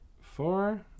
four